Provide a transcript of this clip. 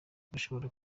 bashobora